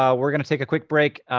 um we're gonna take a quick break.